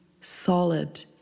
solid